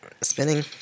Spinning